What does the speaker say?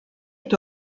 est